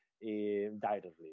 directly